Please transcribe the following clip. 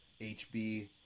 HB